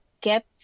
kept